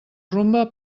rumba